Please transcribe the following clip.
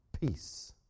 peace